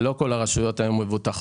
כי לא כל הרשויות היום מבוטחות.